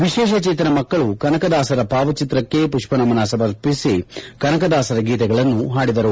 ವಿಶೇಷಚೇತನ ಮಕ್ಕಳು ಕನಕದಾಸರ ಭಾವಚಿತ್ರಕ್ಕೆ ಪುಡ್ಪ ಸಮರ್ಪಿಸಿ ಕನಕದಾಸರ ಗೀತೆಗಳನ್ನು ಹಾಡಿದರು